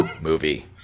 movie